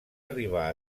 arribà